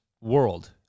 world